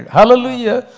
Hallelujah